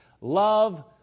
love